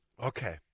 Okay